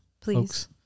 please